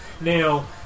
now